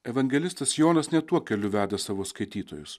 evangelistas jonas ne tuo keliu veda savo skaitytojus